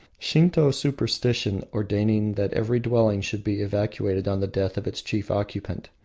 shinto superstition ordaining that every dwelling should be evacuated on the death of its chief occupant.